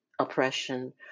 oppression